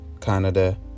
Canada